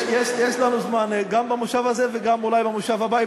יש לנו זמן גם במושב הזה וגם אולי במושב הבא,